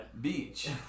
beach